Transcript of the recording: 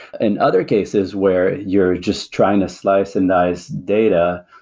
in other cases where you're just trying to slice and dice data,